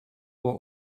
were